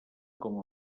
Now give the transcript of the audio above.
com